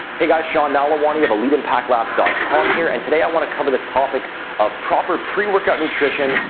hey, guys, sean nalewanyj, of eliteimpactlabs dot com here. and today, i want to cover the topic of proper pre-workout nutrition,